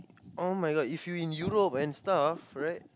oh-my-god if you in Europe and stuff right